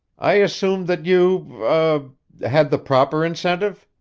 i assume that you er had the proper incentive,